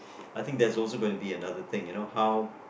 I think that's also gonna be another thing you know how